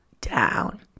down